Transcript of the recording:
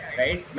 right